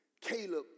Caleb